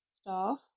staff